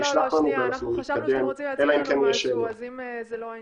שישלח לנו ואנחנו נתקדם אלא אם כן --- לא לא,